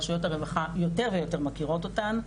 רשויות הרווחה יותר מכירות אותן.